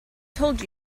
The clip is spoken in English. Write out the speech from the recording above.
told